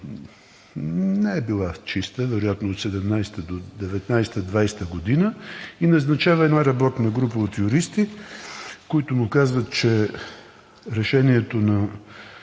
не е била чиста, вероятно от 2017-а до 2019 – 2020 г., и назначава една работна група от юристи, които му казват, че решението на